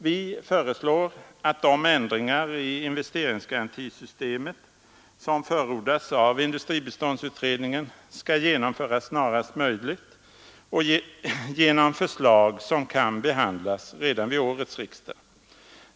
Vi föreslår att de ändringar i investeringsgarantisystemet som förordas av industribiståndsutredningen skall genomföras snarast möjligt och genom förslag som kan behandlas redan vid årets riksdag.